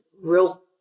real